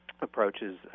approaches